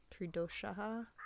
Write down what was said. tridosha